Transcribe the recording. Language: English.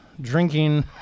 drinking